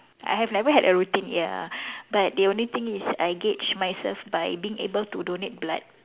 I have never had a routine ya but the only thing is I gauge myself by being able to donate blood